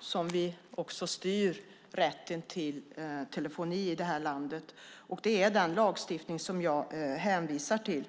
som vi också styr rätten till telefoni här i landet, och det är den lagstiftningen jag hänvisar till.